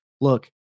look